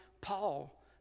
Paul